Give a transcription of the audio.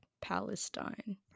Palestine